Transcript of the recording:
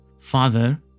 father